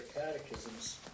catechisms